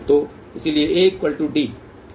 तो इसलिए AD